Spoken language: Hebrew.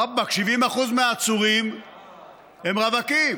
רבאק, 70% מהעצורים הם רווקים,